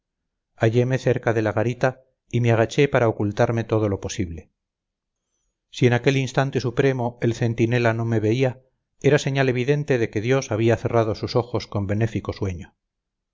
centinela halleme cerca de la garita y me agaché para ocultarme todo lo posible si en aquel instante supremo el centinela no me veía era señal evidente de que dios había cerrado sus ojos con benéfico sueño